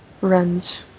runs